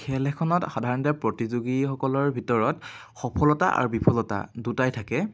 খেল এখনত সাধাৰণতে প্ৰতিযোগীসকলৰৰ ভিতৰত সফলতা আৰু বিফলতা দুটাই থাকে